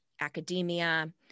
academia